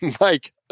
Mike